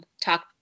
talk